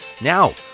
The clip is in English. Now